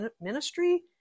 ministry